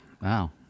wow